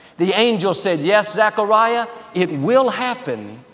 the angle said, yes, zechariah, it will happen.